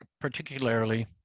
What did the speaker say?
particularly